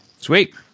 Sweet